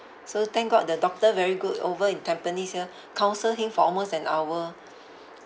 so thank god the doctor very good over in tampines here counsel him for almost an hour